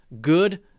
good